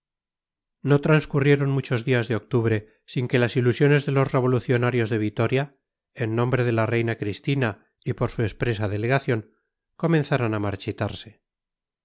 no transcurrieron muchos días de octubre sin que las ilusiones de los revolucionarios de vitoria en nombre de la reina cristina y por su expresa delegación comenzaran a marchitarse